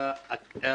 המתאר